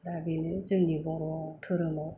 दा बेनो जोंनि बर' धोरोमाव